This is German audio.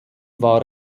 war